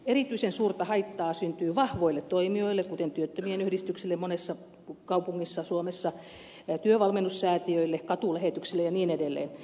erityisen suurta haittaa syntyy vahvoille toimijoille kuten työttömien yhdistyksille monessa kaupungissa suomessa työvalmennussäätiöille katulähetyksille ja niin edelleen